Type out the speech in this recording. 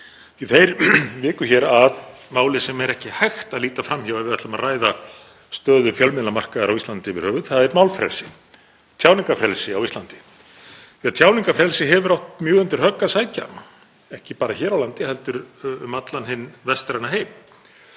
að þeir viku hér að máli sem er ekki hægt að líta fram hjá ef við ætlum að ræða stöðu fjölmiðlamarkaðar á Íslandi yfir höfuð. Það er málfrelsi, tjáningarfrelsi á Íslandi. Tjáningarfrelsi hefur átt mjög undir högg að sækja, ekki bara hér á landi heldur um allan hinn vestræna heim.